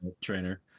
trainer